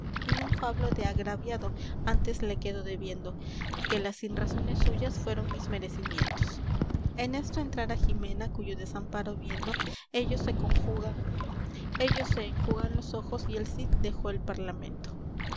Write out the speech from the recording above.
y non fablo de agraviado antes le quedo debiendo que las sinrazones suyas fueron mis merecimientos en esto entrara jimena cuyo desamparo viendo ellos se enjugan los ojos y el cid dejó el parlamento